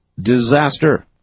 disaster